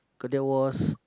cause there was